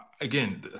again